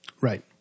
Right